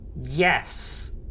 Yes